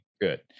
Good